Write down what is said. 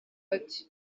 ati